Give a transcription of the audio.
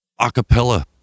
acapella